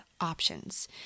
options